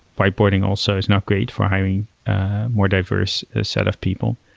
whiteboarding also is not great for hiring more diverse set of people.